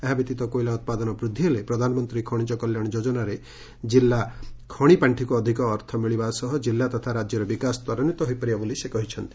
ଏହା ବ୍ୟତୀତ କୋଇଲା ଉପାଦନ ବୃଦ୍ଧି ହେଲେ ପ୍ରଧାନମନ୍ତୀ ଖଶିଜ କଲ୍ୟାଣ ଯୋଜନାରେ ଜିଲ୍ଲା ଖଣି ପାଣ୍ଣିକୁ ଅଧିକ ଅର୍ଥ ମିଳିବା ସହ ଜିଲ୍ଲା ତଥା ରାଜ୍ୟର ବିକାଶ ତ୍ୱରାନ୍ୱିତ ହୋଇପାରିବ ବୋଲି ସେ କହିଛନ୍ତି